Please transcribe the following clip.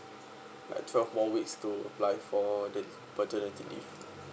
like twelve more weeks to apply for the paternity leave